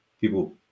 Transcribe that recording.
people